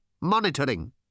monitoring